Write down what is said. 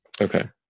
Okay